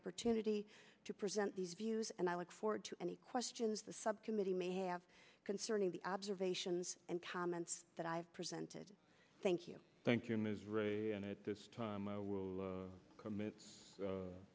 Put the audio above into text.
opportunity to present these views and i look forward to any questions the subcommittee may have concerning the observations and comments that i have presented thank you thank you ms rae and at this time i will commit